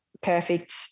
perfect